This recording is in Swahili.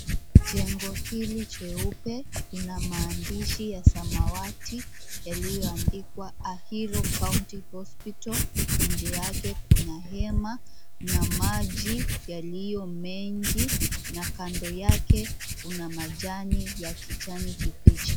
Jengo hili cheupe ina maandishi ya samawati yaliyoandikwa Ahero County Hospital. Nje yake kuna hema na maji yaliyo mengi na kando yake kuna majani ya kijani kibichi.